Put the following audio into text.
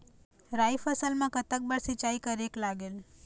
राई फसल मा कतक बार सिचाई करेक लागेल?